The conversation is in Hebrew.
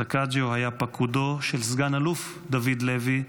סקאג'יו היה פקודו של סגן-אלוף דוד לוי,